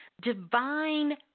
divine